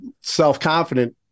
self-confident